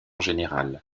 général